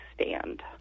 stand